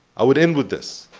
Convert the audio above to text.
i would end with this,